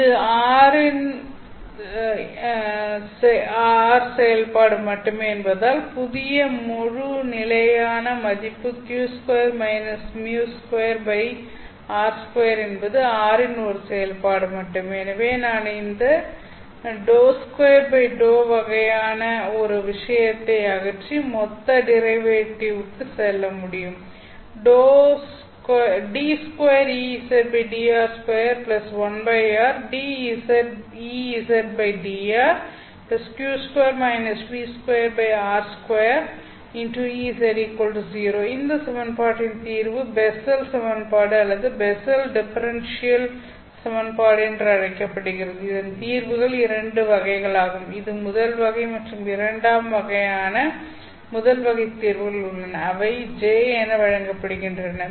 இது r இன் r செயல்பாடு மட்டுமே என்பதால் புதிய முழு நிலையான மதிப்பு q2 - μ2 r2 என்பது r இன் ஒரு செயல்பாடு மட்டுமே எனவே நான் இந்த ∂2∂ வகையான ஒரு விஷயத்தை அகற்றி மொத்த டிரைவேட்டிவ் க்கு செல்ல முடியும் இந்த சமன்பாட்டின் தீர்வு பெஸ்ஸல் சமன்பாடு அல்லது பெஸ்ஸல் டிஃபரென்ஷியல் சமன்பாடு என்று அழைக்கப்படுகிறது இதன் தீர்வுகள் இரண்டு வகைகளாகும் இது முதல் வகை மற்றும் இரண்டு வகையான முதல் வகை தீர்வுகள் உள்ளன அவை j என வழங்கப்படுகின்றன